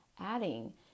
adding